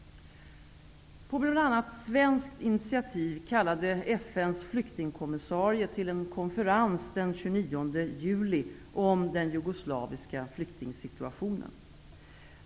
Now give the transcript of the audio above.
På bl.a. svenskt initiativ kallade FN:s flyktingkommissarie till en konferens den 29 juli om den jugoslaviska flyktingsituationen.